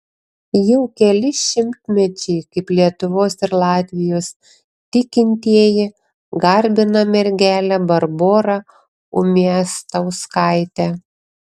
jau keli šimtmečiai kaip lietuvos ir latvijos tikintieji garbina mergelę barborą umiastauskaitę